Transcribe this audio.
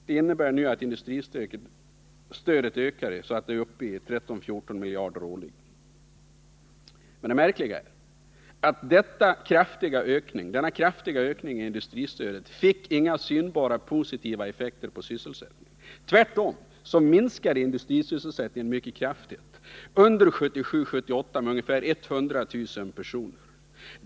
Det innebär att industristödet ökade så mycket att det i dag är uppe i 13-14 miljarder årligen. Men märkligt nog fick denna kraftiga ökning av industristödet inte några synbara positiva effekter på sysselsättningen. Tvärtom minskade industrisysselsättningen mycket kraftigt under budgetåret 1977/78 med närmare 100 000 personer.